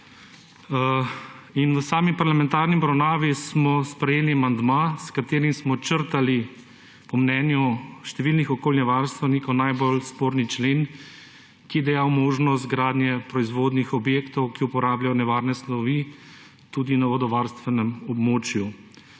V sami parlamentarni obravnavi smo sprejeli amandma, s katerim smo črtali po mnenju številnih okoljevarstvenikov najbolj sporen člen, ki je dajal možnost gradnje proizvodnih objektov, ki uporabljajo nevarne snovi, tudi na vodovarstvenem območju.